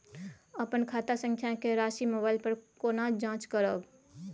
अपन खाता संख्या के राशि मोबाइल पर केना जाँच करब?